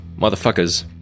motherfuckers